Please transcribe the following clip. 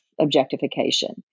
objectification